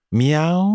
meow